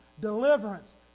deliverance